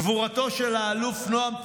גבורתו של האלוף נועם תיבון,